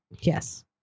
Yes